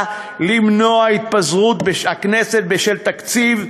למנוע את התפזרות הכנסת בשל תקציב,